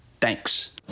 Thanks